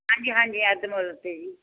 ਹਾਂਜੀ ਹਾਂਜੀ ਅੱਧ ਮੁੱਲ 'ਤੇ ਜੀ